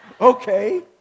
Okay